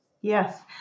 Yes